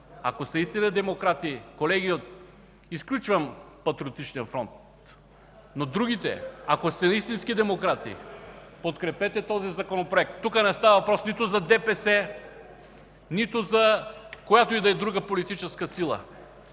Ако наистина сте демократи, колеги, изключвам Патриотичният фронт, но другите, ако сте истински демократи, подкрепете този Законопроект! Тук не става въпрос нито за ДПС, нито за която и да е друга политическа сила.